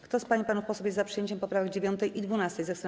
Kto z pań i panów posłów jest za przyjęciem poprawek 9. i 12., zechce